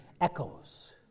echoes